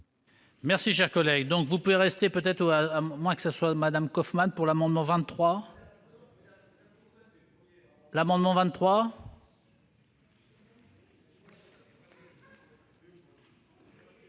Mes chers collègues,